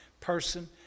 person